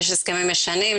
יש הסכמים ישנים,